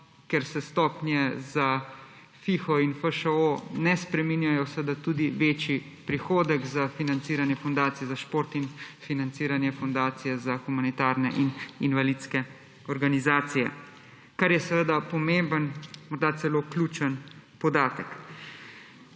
ker se stopnje za FIHO in FŠO ne spreminjajo, seveda tudi večji prihodek za financiranje fundacije za šport in financiranje fundacije za humanitarne in invalidske organizacije, kar je pomemben, morda celo ključen podatek.